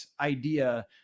idea